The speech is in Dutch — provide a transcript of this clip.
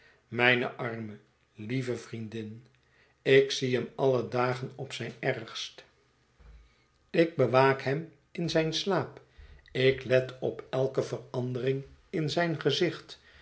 mijne arme lieve vriendin ik zie hem allé dag op zijn ergst ik bewaak hem in zijn slaap ik let op elke verandering in zijn gezicht